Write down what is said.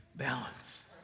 balance